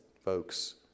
folks